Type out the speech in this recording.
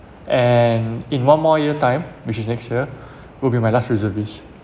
and in one more year time which is next year will be my last reservist